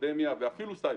פנדמיה ואפילו סייבר.